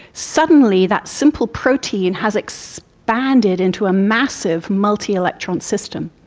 suddenly that simple protein has expanded into a massive multi-electron system.